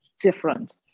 different